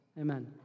Amen